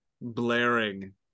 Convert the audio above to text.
blaring